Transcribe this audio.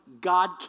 God